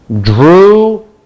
drew